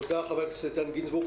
תודה חבר הכנסת איתן גינזבורג.